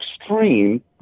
extreme